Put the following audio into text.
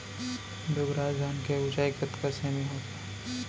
दुबराज धान के ऊँचाई कतका सेमी होथे?